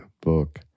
book